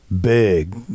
big